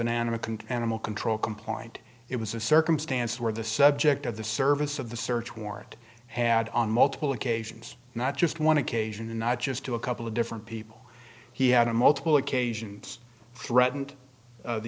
an animal can animal control compliant it was a circumstance where the subject of the service of the search warrant had on multiple occasions not just want to cage and not just to a couple of different people he had a multiple occasions threatened